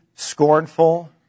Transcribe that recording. scornful